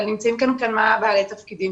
אבל נמצאים כאן כמה בעלי תפקידים,